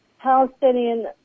Palestinian